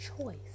choice